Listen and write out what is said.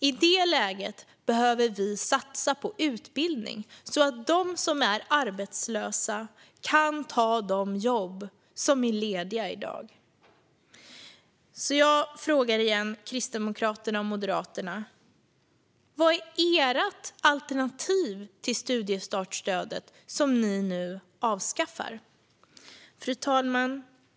I det läget behöver vi satsa på utbildning, så att de som är arbetslösa kan ta de jobb som är lediga i dag. Jag frågar Moderaterna och Kristdemokraterna igen: Vad är ert alternativ till studiestartsstödet som ni nu avskaffar? Fru talman!